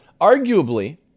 Arguably